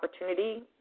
opportunity